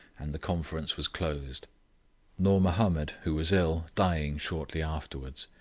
and the conference was closed noor mahomed, who was ill, dying shortly afterwards.